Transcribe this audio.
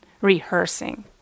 Rehearsing